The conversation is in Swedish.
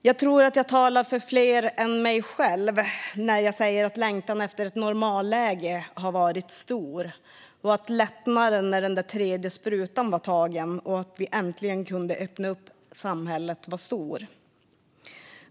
Jag tror att jag talar för fler än mig själv när jag säger att längtan efter ett normalläge har varit stor, att lättnaden när den där tredje sprutan var tagen och vi äntligen kunde öppna upp samhället var stor.